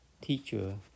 teacher